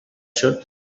should